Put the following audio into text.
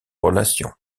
relation